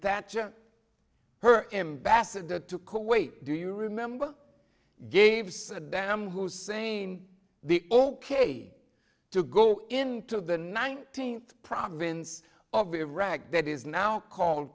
thatcher her ambassador to kuwait do you remember gave saddam hussein the a to go into the nineteenth province of iraq that is now called